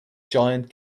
giant